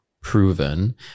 proven